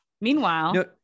Meanwhile